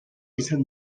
izan